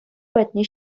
патне